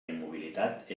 immobilitat